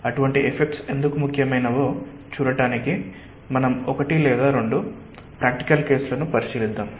అటువంటి ఎఫ్ఫెక్ట్స్ ఎందుకు ముఖ్యమైనవో చూడటానికి మనం ఒకటి లేదా రెండు ప్రాక్టికల్ కేసులను పరిశీలిద్దాం